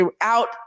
throughout